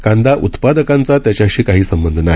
कांदा उत्पादकांचा त्याच्याशी काही संबंध नाही